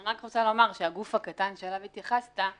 אני רק רוצה לומר שהגוף הקטן שאליו התייחסת,